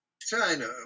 China